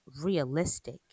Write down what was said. realistic